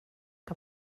que